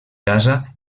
casa